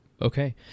Okay